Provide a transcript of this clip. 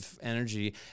energy